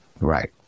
Right